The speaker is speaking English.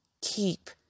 keep